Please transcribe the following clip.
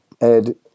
Ed